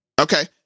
okay